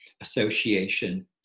Association